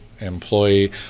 employee